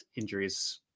injuries